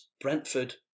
Brentford